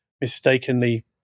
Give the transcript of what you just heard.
mistakenly